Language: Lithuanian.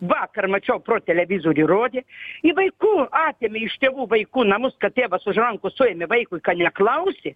vakar mačiau pro televizorių rodė į vaikų atėmė iš tėvų vaikų namus kad tėvas už rankos suėmė vaikui kad neklausė